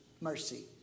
mercy